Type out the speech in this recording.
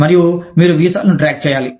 మరియు మీరు వీసాలను ట్రాక్ చేయాలి